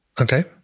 Okay